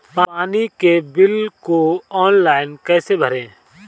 पानी के बिल को ऑनलाइन कैसे भरें?